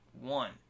One